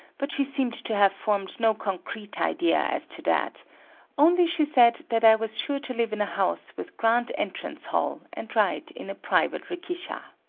but she seemed to have formed no concrete idea as to that only she said that i was sure to live in a house with grand entrance hall, and ride in a private rikisha.